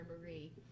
Marie